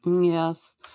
Yes